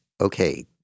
okay